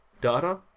data